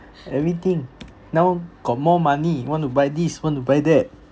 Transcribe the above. everything now got more money want to buy this want to buy that